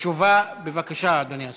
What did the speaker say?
תשובה בבקשה, אדוני השר.